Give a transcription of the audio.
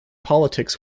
politics